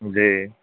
جی